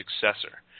successor